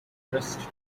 forest